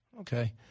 Okay